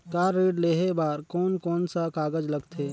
Car ऋण लेहे बार कोन कोन सा कागज़ लगथे?